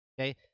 okay